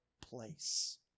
place